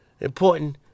important